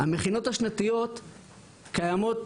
המכינות השנתיות קיימות,